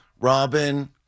Robin